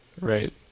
Right